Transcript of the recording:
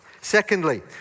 Secondly